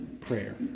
prayer